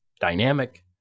dynamic